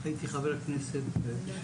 אני הייתי חבר כנסת ב-1977,